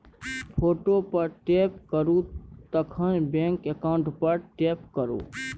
photo पर tap करु तखन बैंक अकाउंट पर टैप करु